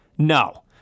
No